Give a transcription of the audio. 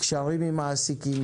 קשרים עם מעסיקים,